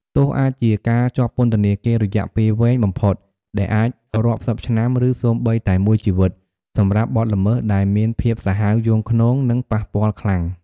ទោសអាចជាការជាប់ពន្ធនាគាររយៈពេលវែងបំផុតដែលអាចរាប់សិបឆ្នាំ ឬសូម្បីតែ មួយជីវិតសម្រាប់បទល្មើសដែលមានភាពសាហាវយង់ឃ្នង និងប៉ះពាល់ខ្លាំង។